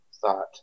thought